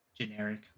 generic